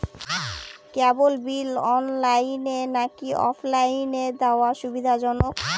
কেবল bill অনলাইনে নাকি অফলাইনে দেওয়া সুবিধাজনক?